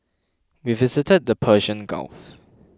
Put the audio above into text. we visited the Persian Gulf